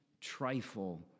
trifle